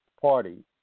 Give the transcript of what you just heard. Party